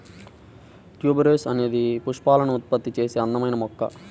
tuberose అనేది పుష్పాలను ఉత్పత్తి చేసే అందమైన మొక్క